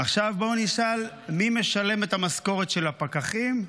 עכשיו, בואו נשאל, מי משלם את המשכורת של הפקחים?